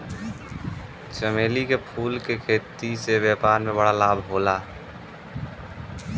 चमेली के फूल के खेती से व्यापार में बड़ा लाभ होला